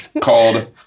called